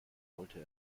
wollte